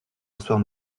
asseoir